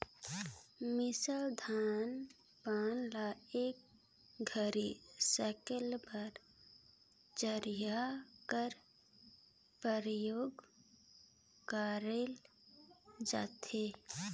मिसावल धान पान ल एक घरी सकेले बर चरहिया कर परियोग करल जाथे